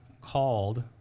called